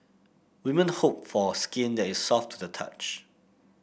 women hope for skin that is soft to the touch